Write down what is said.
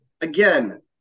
Again